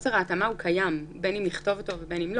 חוסר ההתאמה קיים בין אם נכתוב אותו ובין אם לא.